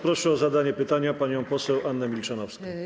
Proszę o zadanie pytania panią poseł Annę Milczanowską.